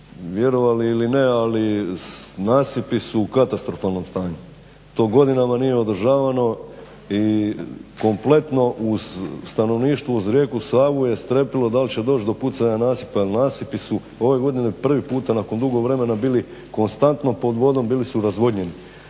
vjerovali ili ne ali nasipi su u katastrofalnom stanju. To godinama nije održavano i kompletno uz stanovništvo uz rijeku Savu je strepilo dal će doć do pucanja nasipa jer nasipi su ove godine prvi puta nakon dugo vremena bili konstantno pod vodom, bili su razvodnjeni.